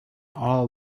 all